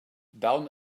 down